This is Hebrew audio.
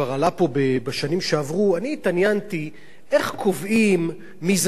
התעניינתי איך קובעים מי זה ספרדי ומי זה אשכנזי,